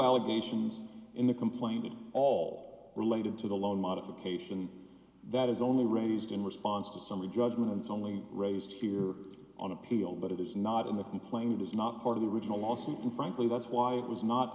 allegations in the complaint it all related to the loan modification that is only raised in response to some of judgments only raised here on appeal but it is not in the complaint it is not part of the original lawsuit and frankly that's why it was not